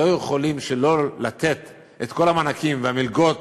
לא יכולים שלא לתת את כל המענקים והמלגות